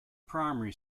primary